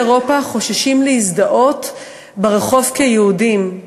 אירופה חוששים להזדהות ברחוב כיהודים.